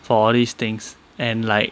for these things and like